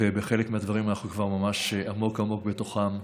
חלק מהדברים, אנחנו ממש עמוק בתוכם.